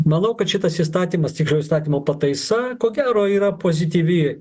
manau kad šitas įstatymas tiksliau įstatymo pataisa ko gero yra pozityvi